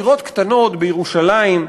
דירות קטנות בירושלים,